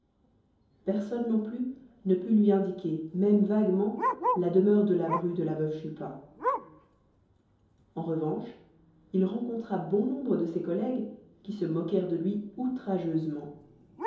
personne non plus ne put lui indiquer même vaguement la demeure de la bru de la veuve chupin en revanche il rencontra bon nombre de ses collègues qui se moquèrent de lui outrageusement